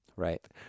Right